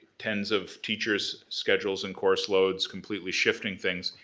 tens of teachers schedules and course loads, completely shifting things.